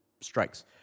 strikes